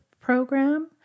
program